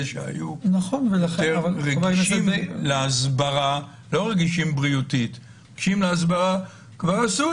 שהיו רגישים להסברה לא רגישים בריאותית כבר עשו